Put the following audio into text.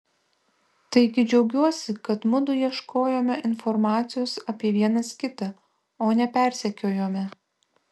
taigi džiaugiuosi kad mudu ieškojome informacijos apie vienas kitą o ne persekiojome